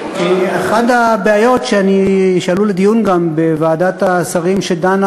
אחת הבעיות שעלו לדיון בוועדת השרים שדנה